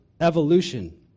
evolution